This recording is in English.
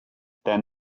than